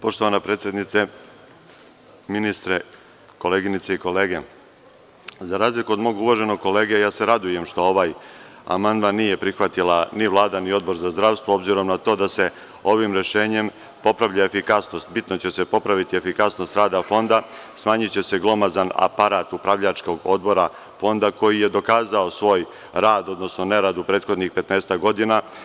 Poštovana predsednice, ministre, koleginice i kolege, za razliku od mog uvaženog kolege ja se radujem što ovaj amandman nije prihvatila ni Vlada ni Odbor za zdravstvo, obzirom na to da se ovim rešenjem popravlja efikasnost, bitno će se popraviti efikasnost rada Fonda, smanjiće se glomazan aparat upravljačkog odbora Fonda, koji je dokazao svoj rad, odnosno nerad u prethodnih petnaestak godina.